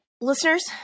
Listeners